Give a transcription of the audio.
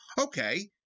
okay